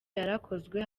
yarakozwe